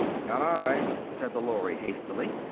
not i! said the lory hastily.